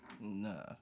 Nah